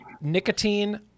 nicotine